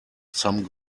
some